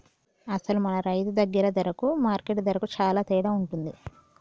అసలు మన రైతు దగ్గర ధరకు మార్కెట్ ధరకు సాలా తేడా ఉంటుంది